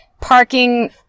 parking